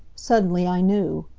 suddenly i knew.